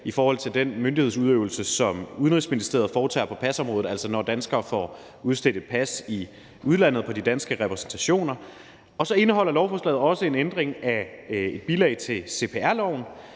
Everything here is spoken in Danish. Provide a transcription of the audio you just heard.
i forhold til den myndighedsudøvelse, som Udenrigsministeriet foretager på pasområdet, altså når danskere får udstedt et pas i udlandet på de danske repræsentationer. Og så indeholder lovforslaget også en ændring af et bilag til CPR-loven,